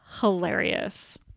hilarious